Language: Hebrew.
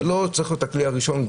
זה לא צריך להיות הכלי הראשון.